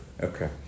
Okay